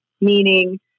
meaning